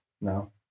No